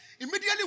immediately